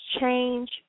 change